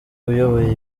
uyoboye